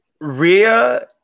Rhea